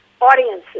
audiences